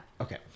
Okay